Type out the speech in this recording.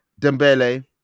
Dembele